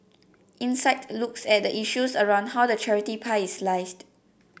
insight looks at the issues around how the charity pie is sliced